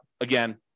again